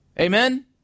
Amen